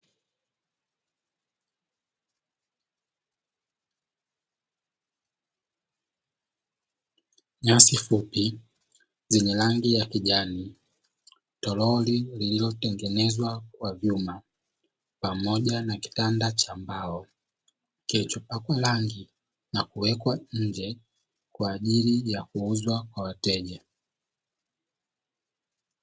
Nyasi fupi zenye rangi ya kijani torori lililotengenezwa kwa vyuma pamoja na kitanda cha mbao, kilichopakwa rangi na kuwekwa nje kwa ajili ya kuuzwa kwa wateja.